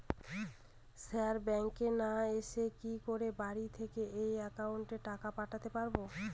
Sir ব্যাঙ্কে না এসে কি করে বাড়ি থেকেই যে কাউকে টাকা পাঠাতে পারবো?